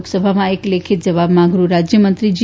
લોકસભામાં એક લેખીત જવાબમાં ગૃહરાજ્યમંત્રી જી